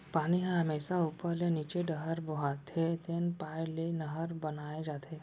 पानी ह हमेसा उप्पर ले नीचे डहर बोहाथे तेन पाय ले नहर बनाए जाथे